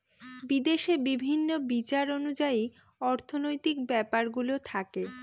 বিদেশে বিভিন্ন বিচার অনুযায়ী অর্থনৈতিক ব্যাপারগুলো থাকে